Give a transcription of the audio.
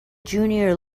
junior